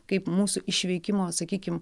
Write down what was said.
kaip mūsų išveikimo sakykim